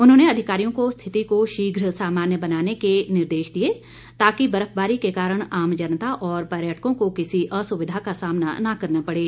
उन्होंने अधिकारियों को स्थिति को शीघ्र सामान्य बनाने के निर्देश दिए ताकि बर्फबारी के कारण आम जनता और पर्यटकों को किसी असुविधा का सामना न करना पड़े